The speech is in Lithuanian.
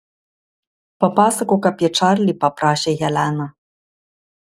papasakok apie čarlį paprašė helena